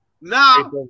Now